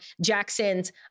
Jackson's